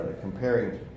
comparing